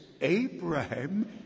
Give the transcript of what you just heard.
Abraham